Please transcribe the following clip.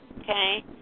okay